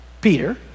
Peter